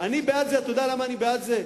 אתה יודע למה אני בעד זה?